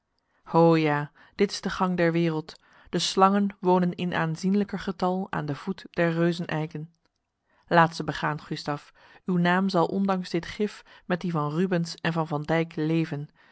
ho ja dit is de gang der wereld de slangen wonen in aanzienlijker getal aan de voet der reuzeneiken laat ze begaan gustaf uw naam zal ondanks dit gif met die van rubens en van van dijck leven